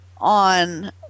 on